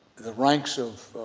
the ranks of